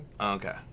Okay